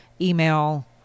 email